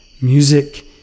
music